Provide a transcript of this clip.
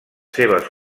seves